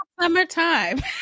summertime